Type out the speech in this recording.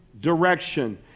direction